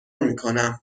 میکنم